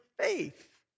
faith